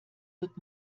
wird